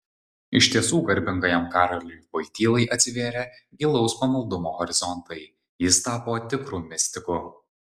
iš tiesų garbingajam karoliui vojtylai atsivėrė gilaus pamaldumo horizontai jis tapo tikru mistiku